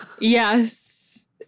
Yes